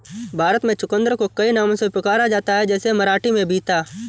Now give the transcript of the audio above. भारत में चुकंदर को कई नामों से पुकारा जाता है जैसे मराठी में बीता